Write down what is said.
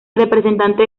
representante